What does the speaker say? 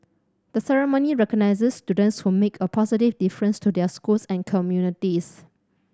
the ceremony recognises students who make a positive difference to their schools and communities